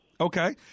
Okay